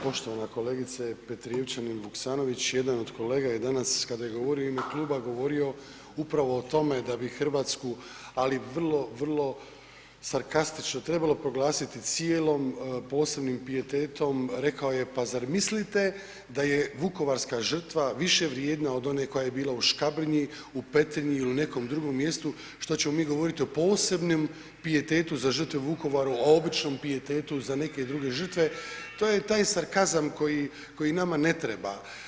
Poštovana kolegice Petrijevčanin Vuksanović, jedan od kolega je danas kada je govorio u ime kluba govorio upravo o tome da bi RH, ali vrlo, vrlo sarkastično, trebalo proglasiti cijelom posebnim pijetetom, rekao je pa zar mislite da je vukovarska žrtva više vrijedna od one koja je bila u Škabrnji, u Petrinji ili nekom drugom mjestu što ćemo mi govoriti o posebnom pijetetu za žrtve Vukovara o običnom pijetetu za neke druge žrtve, to je taj sarkazam koji nama ne treba.